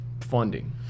funding